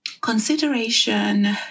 consideration